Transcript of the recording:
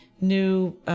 new